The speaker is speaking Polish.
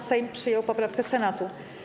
Sejm przyjął poprawkę Senatu.